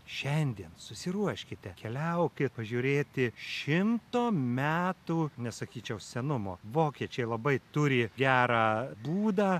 šiandien susiruoškite keliaukit pažiūrėti šimto metų nesakyčiau senumo vokiečiai labai turi gerą būdą